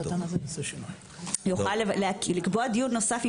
יוכל לקבוע דיון נוסף.